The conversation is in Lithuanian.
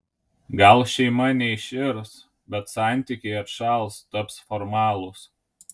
gal šeima neiširs bet santykiai atšals taps formalūs